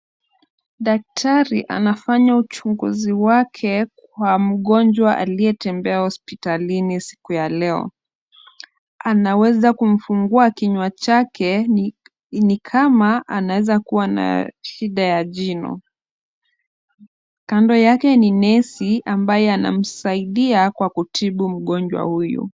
Daktari anafanya uchunguzi wake kwa mgonjwa aliyetembea hospitalini siku ya leo. Anaweza kumfungua kinywa chake ni kama anaweza kuwa na shida ya jino. Kando yake ni nesi ambaye anamsaidia kwa kutibu mgonjwa huyu.